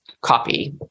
copy